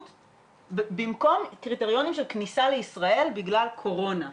במקום קריטריונים של כניסה לישראל בגלל קורונה.